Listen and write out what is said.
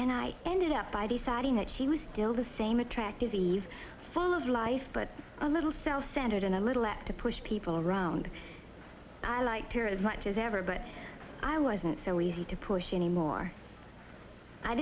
and i ended up by deciding that she was still the same attractive he's full of life but a little self centered and a little less to push people around i liked her as much as ever but i wasn't so easy to push anymore i